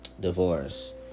divorce